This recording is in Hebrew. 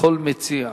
לכל מציע.